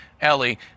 Ellie